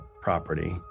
property